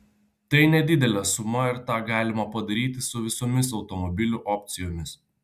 tai nedidelė suma ir tą galima padaryti su visomis automobilių opcijomis